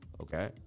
okay